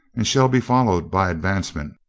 and shall be followed by advancement,